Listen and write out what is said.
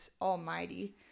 almighty